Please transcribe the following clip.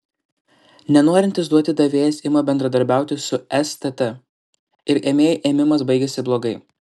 nenorintis duoti davėjas ima bendradarbiauti su stt ir ėmėjui ėmimas baigiasi blogai